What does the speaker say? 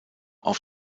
auf